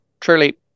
truly